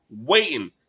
waiting